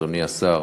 אדוני השר,